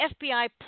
FBI